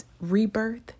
Rebirth